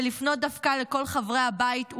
ולפנות דווקא לכל חברי הבית,